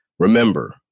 Remember